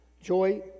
Joy